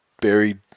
buried